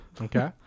Okay